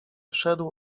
wszedł